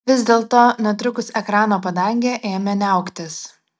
vis dėlto netrukus ekrano padangė ėmė niauktis